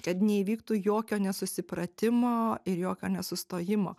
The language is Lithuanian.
kad neįvyktų jokio nesusipratimo ir jokio nesustojimo